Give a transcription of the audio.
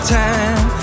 time